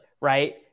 right